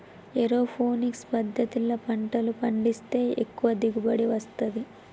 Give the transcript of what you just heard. aeroponics పద్దతిల పంటలు పండిస్తే ఎక్కువ దిగుబడి వస్తది